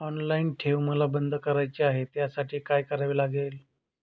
Online ठेव मला बंद करायची आहे, त्यासाठी काय करावे लागेल?